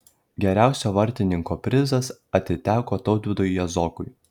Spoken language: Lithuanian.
geriausio vartininko prizas atiteko tautvydui jazokui